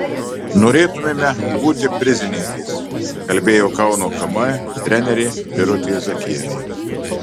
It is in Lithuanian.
norėtumėme būti prizininkės kalbėjo kauno km trenerė birutė zakienė